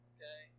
Okay